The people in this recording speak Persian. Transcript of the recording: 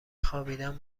خوابیدن